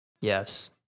Yes